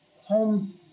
home